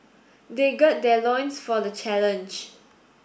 they gird their loins for the challenge